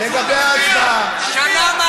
שנה מאסר, תצביע.